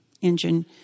engine